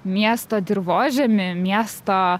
miesto dirvožemį miesto